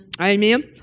Amen